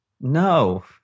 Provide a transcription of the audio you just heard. No